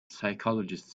psychologist